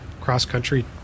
cross-country